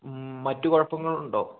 മറ്റ് കുഴപ്പങ്ങളുണ്ടോ